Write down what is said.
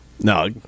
No